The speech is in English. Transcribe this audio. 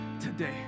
today